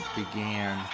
began